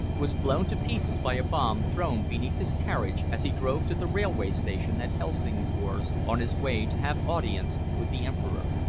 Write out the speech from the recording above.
was blown to pieces by a bomb thrown beneath his carriage as he drove to the railway station at helsingfors on his way to have audience with the emperor.